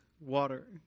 water